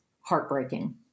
heartbreaking